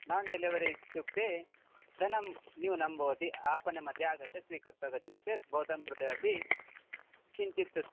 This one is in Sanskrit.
नान् डेलिवरि इत्युक्ते धनं न्यूनं भवति आपणस्य मध्ये आगत्य स्वीकृत्य गच्छति चेत् भवतां कृते अपि किञ्चित्